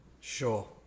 Sure